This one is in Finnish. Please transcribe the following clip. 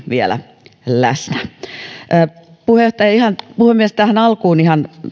vielä vahvemmin läsnä puhemies tähän alkuun ihan